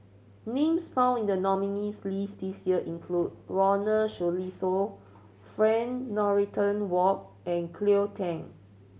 names found in the nominees' list this year include Ronald Susilo Frank Dorrington Ward and Cleo Thang